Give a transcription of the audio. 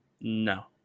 No